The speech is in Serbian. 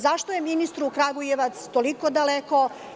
Zašto je ministru Kragujevac toliko daleko?